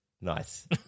Nice